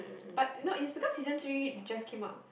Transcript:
but you know it's because season three just came out